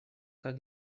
как